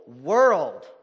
world